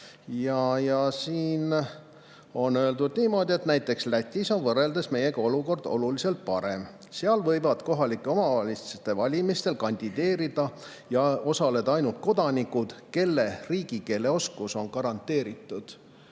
Siin on öeldud niimoodi, et näiteks Lätis on võrreldes meiega olukord oluliselt parem, seal võivad kohalike omavalitsuste valimistel kandideerida ja osaleda ainult kodanikud, kelle riigikeeleoskus on garanteeritud.